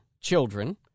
children